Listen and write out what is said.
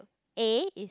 A is